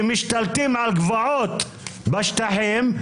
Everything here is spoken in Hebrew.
שמשתלטים על גבעות בשטחים,